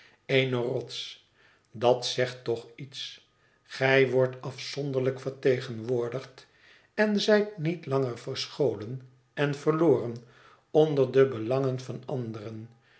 eene rots dat zegt toch iets gij wordt afzonderlijk vertegenwoordigd en zijt niet langer verscholen en verloren onder de belangen van anderen